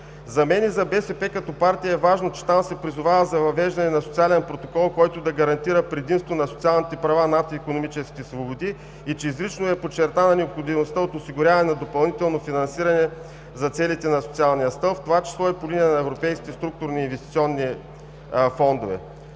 За мен и за БСП като партия е важно, че там се призовава за въвеждане на социален протокол, който да гарантира предимство на социалните права над икономическите свободи и че изрично е подчертана необходимостта от осигуряване на допълнително финансиране за целите на социалния стълб, в това число и по линия на европейските структурни и инвестиционни фондове.